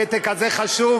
הפתק הזה חשוב.